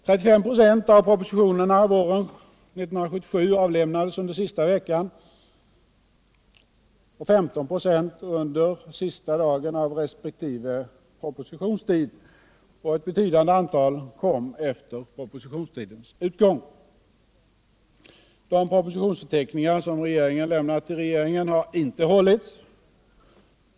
35 96 av propositionerna våren 1977 avlämnades under sista veckan och 15 96 under sista dagen av resp. propositionstid, och ett betydande antal kom efter propositionstidens utgång. De propositionsförteckningar som regeringen lämnat till riksdagen har inte hållits.